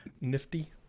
nifty